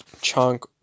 chunk